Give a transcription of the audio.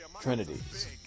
Trinities